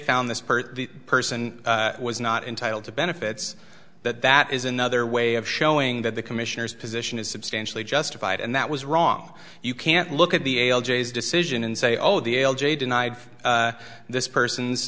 found this per person was not entitled to benefits that that is another way of showing that the commissioner's position is substantially justified and that was wrong you can't look at the decision and say oh the l j denied this person's